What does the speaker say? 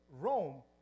Rome